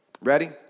ready